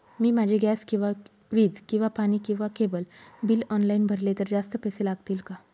मी माझे गॅस किंवा वीज किंवा पाणी किंवा केबल बिल ऑनलाईन भरले तर जास्त पैसे लागतील का?